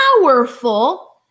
powerful